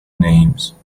names